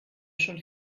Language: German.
schon